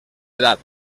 edat